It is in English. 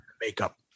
Makeup